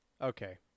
Okay